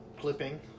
clipping